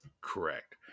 Correct